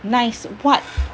nice what